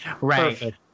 Right